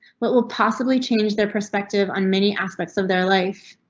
but will possibly change their perspective on many aspects of their life?